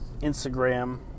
Instagram